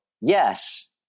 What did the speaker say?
yes